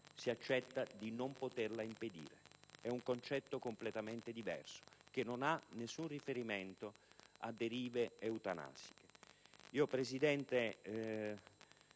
si accetta di non poterla impedire". È un concetto completamente diverso, che non ha nessun riferimento a derive eutanasiche. Se poi